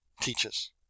teaches